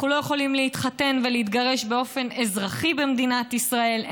אנחנו לא יכולים להתחתן ולהתגרש באופן אזרחי במדינת ישראל.